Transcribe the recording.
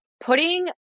putting